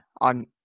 on